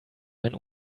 mein